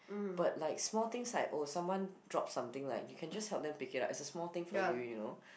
but like small things like oh someone drop something like you can just help them pick it up it's a small thing for you you know